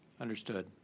Understood